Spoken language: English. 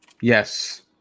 Yes